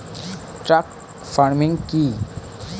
Truck farming কি?